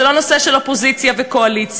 זה לא נושא של אופוזיציה וקואליציה.